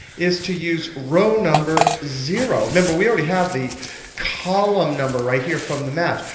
is to use row number zero. remember, we already have the column number right here from the match,